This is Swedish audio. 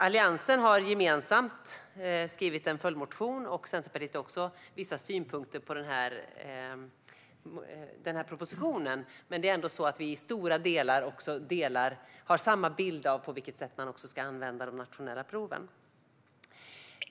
Alliansen har gemensamt skrivit en följdmotion, och Centerpartiet har vissa synpunkter på propositionen, men det är ändå så att vi i stora delar har samma bild av på vilket sätt man ska använda de nationella proven.